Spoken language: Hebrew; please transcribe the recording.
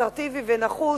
אסרטיבי ונחוש.